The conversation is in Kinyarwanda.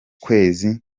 kwezi